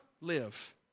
live